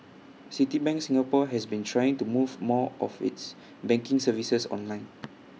Citibank Singapore has been trying to move more of its banking services online